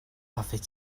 hoffet